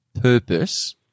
purpose